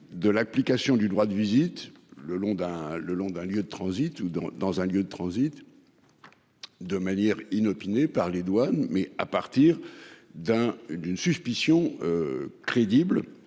de l'application du droit de visite le long d'un le long d'un lieu de transit tout dans dans un lieu de transit. De manière inopinée, par les douanes. Mais à partir d'un d'une suspicion. Crédible